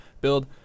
build